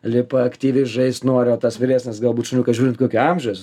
lipa aktyviai žaist nori o tas vyresnis galbūt šuniukas žiūrint kokio amžiaus